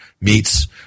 meets